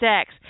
sex